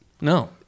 No